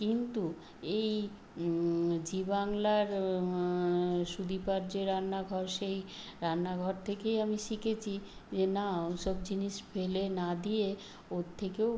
কিন্তু এই জি বাংলার সুদীপার যে রান্নাঘর সেই রান্নাঘর থেকেই আমি শিখেছি যে না ও সব জিনিস ফেলে না দিয়ে ওর থেকেও